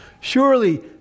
surely